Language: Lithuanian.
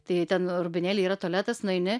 tai ten rūbinėlėj yra tualetas nueini